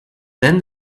then